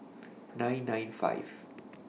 nine nine five